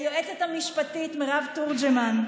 ליועצת המשפטית מירב תורג'מן,